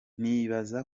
nibaza